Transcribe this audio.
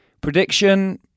Prediction